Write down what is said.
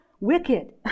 wicked